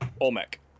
Olmec